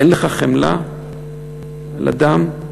אין לך חמלה על אדם?